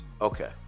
Okay